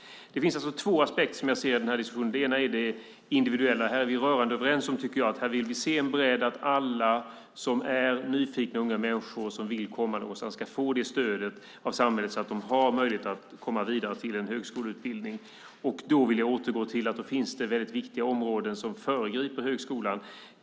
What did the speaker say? Det finns flera aspekter i den här diskussionen. En gäller det individuella. Här är vi rörande överens om att vi vill att alla som är nyfikna och vill komma någonstans ska få ett sådant stöd av samhället att de har möjlighet att komma vidare till en högskoleutbildning. Då finns det viktiga områden som föregriper högskolan.